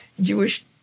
Jewish